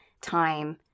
time